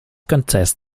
contest